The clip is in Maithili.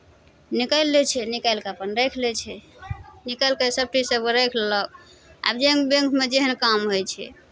निकालि लै छै निकालि कऽ अपन राखि लै छै निकालि कऽ सभचीज सभकेँ राखि लेलक आब जेहन बैंकमे जेहन काम होइ छै